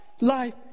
life